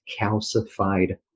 calcified